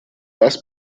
das